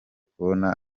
kubona